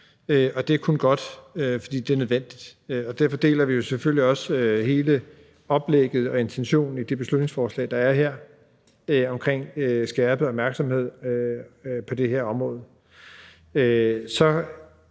og det er kun godt, for det er nødvendigt. Derfor deler vi selvfølgelig også hele oplægget og intentionen i det beslutningsforslag, der er her, om skærpet opmærksomhed på det her område.